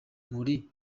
muri